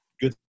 good